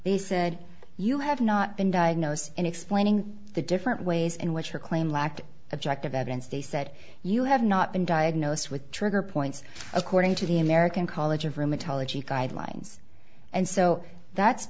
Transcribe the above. they said you have not been diagnosed in explaining the different ways in which your claim lacked objective evidence they said you have not been diagnosed with trigger points according to the american college of rheumatology guidelines and so that's